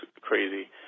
crazy